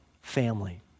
family